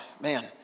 Man